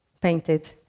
painted